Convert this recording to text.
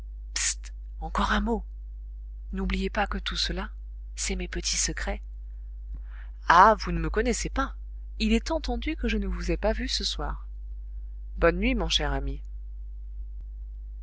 encore un mot n'oubliez pas que tout cela c'est mes petits secrets ah vous ne me connaissez pas il est entendu que je ne vous ai pas vu ce soir bonne nuit mon cher ami